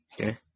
Okay